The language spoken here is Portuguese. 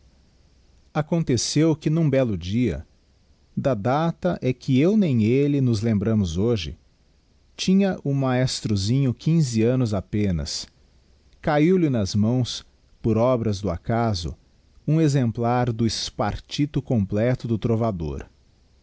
aconteceu que n'um bello dia da data é que eu nem elle nos lembramos hoje tinha o maestrosinho quinze annos apenas cahiu lhe nas mãos por obras do acaso um exemplar do spartito completo do trovador